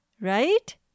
right